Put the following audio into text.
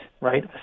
right